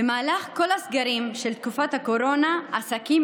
במהלך כל הסגרים של תקופת הקורונה עסקים